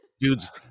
Dudes